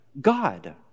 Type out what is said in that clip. God